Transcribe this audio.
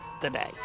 today